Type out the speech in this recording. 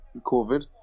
Covid